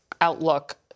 outlook